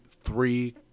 three